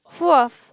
full of